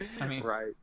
Right